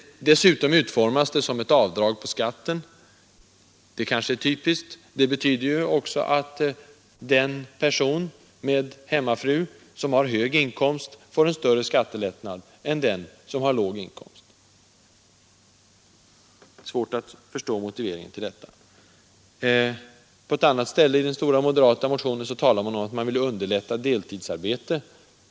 Dessutom utformas det som ett avdrag på skatten. Det kanske är typiskt. Det betyder ju också att den person med hemmafru som har hög inkomst får större skattelättnad än den som har låg inkomst. Det är svårt att förstå motiveringen till detta. På ett annat ställe i den stora moderatmotionen talar man om att man vill underlätta deltidsarbete.